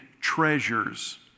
treasures